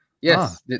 Yes